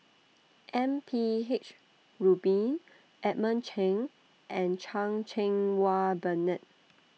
M P H Rubin Edmund Cheng and Chan Cheng Wah Bernard